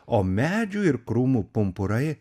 o medžių ir krūmų pumpurai